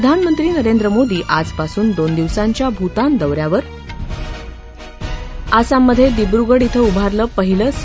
प्रधानमंत्री नरेंद्र मोदी आजपासून दोन दिवसांच्या भूतान दौ यावर आसाममधे दिब्रुगड बिं उभारलं पहिलं सी